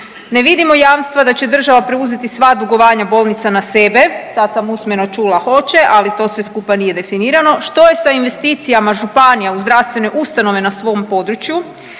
ne vidimo jamstva da će država preuzeti sva dugovanja bolnica na sebe, sad sam usmeno čula hoće, ali to sve skupa nije definirano. Što je sa investicijama županija u zdravstvene ustanove na svom području,